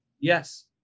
Yes